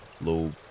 little